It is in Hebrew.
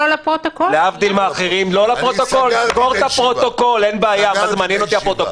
הישיבה ננעלה בשעה